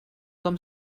com